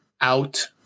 out